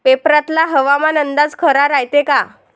पेपरातला हवामान अंदाज खरा रायते का?